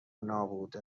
نابوده